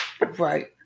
Right